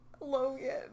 Logan